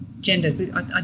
gender